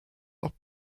auch